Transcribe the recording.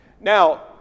now